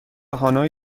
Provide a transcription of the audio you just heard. هانوی